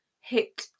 hit